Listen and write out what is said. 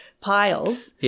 piles